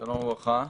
שלום וברכה.